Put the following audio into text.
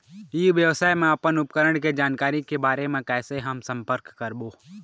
ई व्यवसाय मा अपन उपकरण के जानकारी के बारे मा कैसे हम संपर्क करवो?